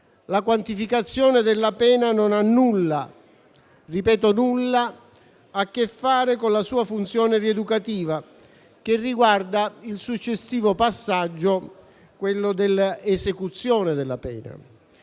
la quantificazione della pena non ha nulla - ripeto nulla - a che fare con la sua funzione rieducativa, che riguarda il successivo passaggio dell'esecuzione della pena.